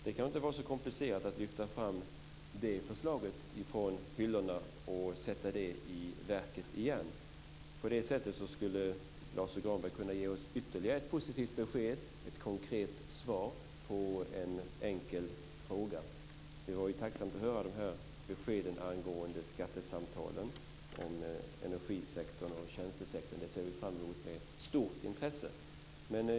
Det kan inte var så komplicerat att lyfta fram det förslaget från hyllorna och sätta det i verket igen. På det sättet skulle Lars U Granberg kunna ge oss ytterligare ett positivt besked och ett konkret svar på en enkel fråga. Det var tacksamt att höra beskeden angående skattesamtalen om energisektorn och tjänstesektorn. Det ser vi fram emot med stort intresse.